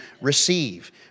receive